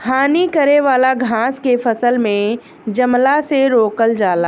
हानि करे वाला घास के फसल में जमला से रोकल जाला